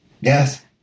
Yes